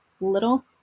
little